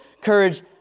Courage